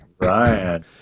Ryan